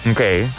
Okay